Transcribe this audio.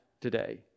today